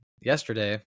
yesterday